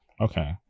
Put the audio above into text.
okay